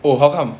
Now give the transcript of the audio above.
oh how come